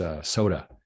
soda